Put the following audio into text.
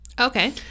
Okay